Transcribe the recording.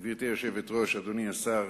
גברתי היושבת-ראש, אדוני השר,